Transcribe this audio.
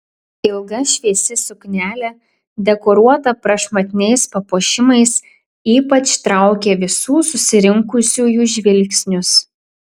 ilga šviesi suknelė dekoruota prašmatniais papuošimais ypač traukė visų susirinkusiųjų žvilgsnius